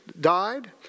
died